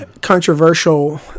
controversial